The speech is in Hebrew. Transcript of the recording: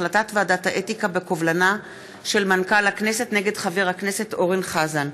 החלטת ועדת האתיקה בקובלנה של מנכ"ל הכנסת נגד חבר הכנסת אורן חזן.